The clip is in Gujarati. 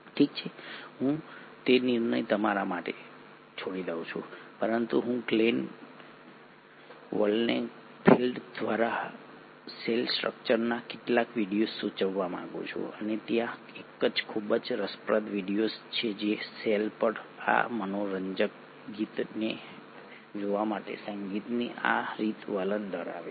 ઠીક છે હું તે નિર્ણય તમારા માટે છોડી દઉં છું પરંતુ હું ગ્લેન વોલ્કેનફેલ્ડ દ્વારા સેલ સ્ટ્રક્ચરના કેટલીક વિડિઓઝ સૂચવવા માંગું છું અને ત્યાં એક ખૂબ જ રસપ્રદ વિડિઓઝ છે જેઓ સેલ પર આ મનોરંજક ગીતને જોવા માટે સંગીતની રીતે વલણ ધરાવે છે